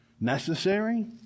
necessary